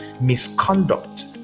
misconduct